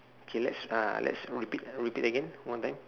K let's uh let's repeat repeat again one time